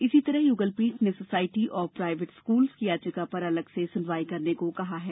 इसी तरह युगलपीठ ने सोसायटी ऑफ प्राइवेट स्कूल्स की याचिका पर अलग से सुनवाई करने कहा है